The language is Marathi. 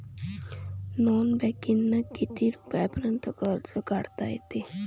नॉन बँकिंगनं किती रुपयापर्यंत कर्ज काढता येते?